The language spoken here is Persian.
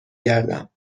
گردم